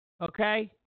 Okay